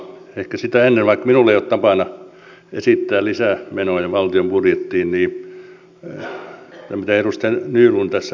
ehkä sitä ennen vaikka minulla ei ole tapana esittää lisämenoja valtion budjettiin tähän mitä edustaja nylund tässä totesi